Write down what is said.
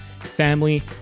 family